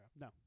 No